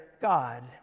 God